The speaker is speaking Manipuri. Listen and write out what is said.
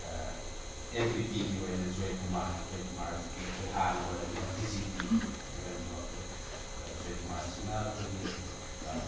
ꯑꯦꯟ ꯄꯤ ꯄꯤꯒꯤ ꯑꯣꯏꯅ ꯖꯣꯏꯀꯨꯃꯥꯔ ꯖꯣꯏꯀꯨꯃꯥꯔꯁꯤꯗꯤ ꯑꯩꯈꯣꯏ ꯍꯥꯟꯅ ꯑꯣꯏꯔꯝꯕ ꯗꯤ ꯖꯤ ꯄꯤ ꯑꯣꯏꯔꯝꯕ ꯑꯩꯈꯣꯏ ꯖꯣꯏꯀꯨꯃꯥꯔꯁꯤꯅ ꯑꯩꯈꯣꯏꯒꯤ